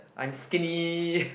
I'm skinny